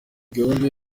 gahunda